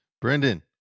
Brendan